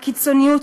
הקיצוניות,